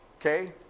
Okay